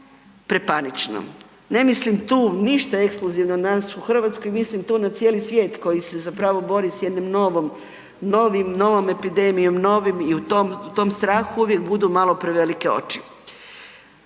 prepanično. Ne mislim tu ništa ekskluzivno na nas u RH, mislim tu na cijeli svijet koji se zapravo bori s jednim novom, novim, novom epidemijom, novim i u tom, u tom strahu uvijek budu malo prevelike oči.